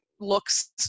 looks